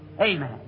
Amen